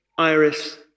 Iris